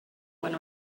went